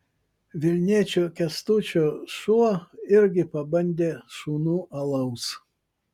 vilniečio kęstučio šuo irgi pabandė šunų alaus